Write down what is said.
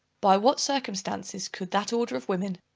by what circumstances could that order of women,